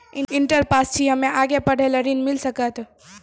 Inter pass छी हम्मे आगे पढ़े ला ऋण मिल सकत?